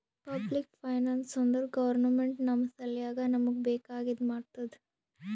public finance ಅಂದುರ್ government ನಮ್ ಸಲ್ಯಾಕ್ ನಮೂಗ್ ಬೇಕ್ ಆಗಿದ ಮಾಡ್ತುದ್